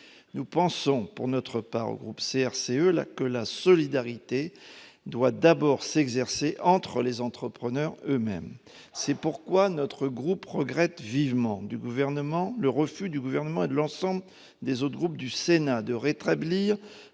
Nous pensons, au sein du groupe CRCE, que la solidarité doit d'abord s'exercer entre les entrepreneurs eux-mêmes. C'est pourquoi nous regrettons vivement le refus du Gouvernement et de l'ensemble des autres groupes du Sénat de rétablir